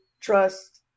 trust